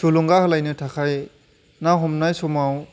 थुलुंगा होलायनो थाखाय ना हमनाय समाव